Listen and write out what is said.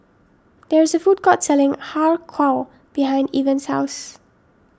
there is a food court selling Har Kow behind Evans' house